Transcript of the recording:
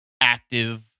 active